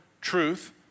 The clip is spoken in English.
truth